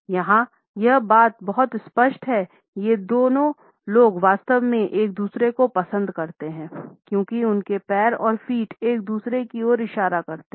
यहाँ यह बहुत स्पष्ट है ये दोनों लोग वास्तव में एक दूसरे को पसंद करते हैं क्योंकि उनके पैर और फ़ीट एक दूसरे की ओर इशारा करते हैं